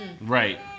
Right